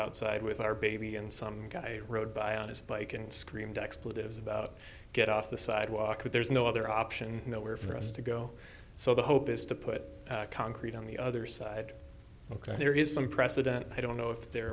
outside with our baby and some guy rode by on his bike and screamed expletives about get off the sidewalk there's no other option nowhere for us to go so the hope is to put concrete on the other side ok there is some precedent i don't know if the